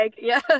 Yes